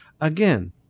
again